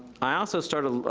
i also started, ah,